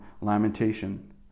lamentation